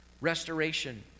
Restoration